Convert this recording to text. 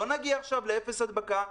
לא נגיע עכשיו לאפס הדבקה.